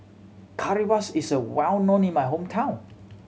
currywurst is a well known in my hometown